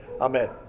Amen